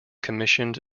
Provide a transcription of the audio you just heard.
commissioned